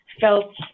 felt